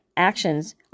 Actions